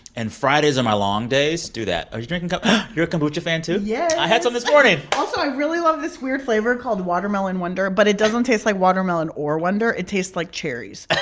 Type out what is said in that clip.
and fridays are my long days do that are you drinking you're a kombucha fan, too? yes yeah i had some this morning also, i really love this weird flavor called watermelon wonder, but it doesn't taste like watermelon or wonder. it tastes like cherries.